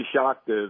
shocked